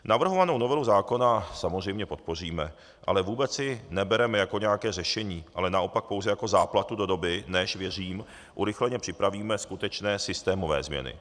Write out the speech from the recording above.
Navrhovanou novelu zákona samozřejmě podpoříme, ale vůbec ji nebereme jako nějaké řešení, ale naopak pouze jako záplatu do doby, než, věřím, urychleně připravíme skutečné systémové změny.